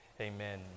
Amen